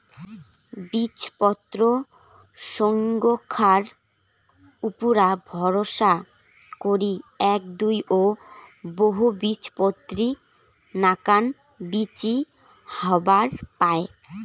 বীজপত্রর সইঙখার উপুরা ভরসা করি এ্যাক, দুই ও বহুবীজপত্রী নাকান বীচি হবার পায়